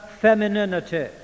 femininity